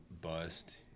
bust